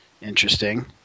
interesting